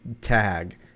tag